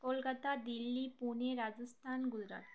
Kolkata Delhi Pune Rajasthan Gujarat